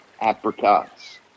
apricots